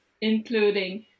including